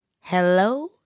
Hello